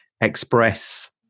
express